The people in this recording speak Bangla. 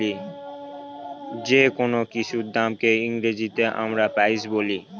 যেকোনো কিছুর দামকে ইংরেজিতে আমরা প্রাইস বলি